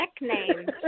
nickname